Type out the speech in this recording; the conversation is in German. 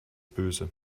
böse